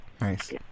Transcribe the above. Nice